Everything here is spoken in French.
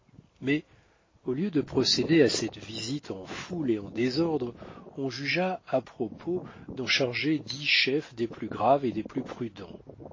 mais au lieu de procéder à cette visite en foule et en désordre on jugea a propos d'en charger dix chefs des plus graves et des plus prudents